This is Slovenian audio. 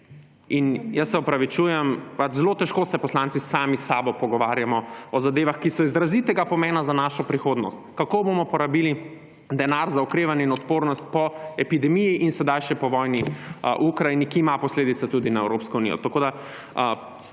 in se opravičujem, zelo težko se poslanci sami s sabo pogovarjamo o zadevah, ki so izrazitega pomena za našo prihodnost. Kako bomo porabili denar za okrevanje in odpornost po epidemiji in sedaj še po vojni v Ukrajini, ki ima posledice tudi za Evropsko unijo.